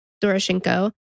Doroshenko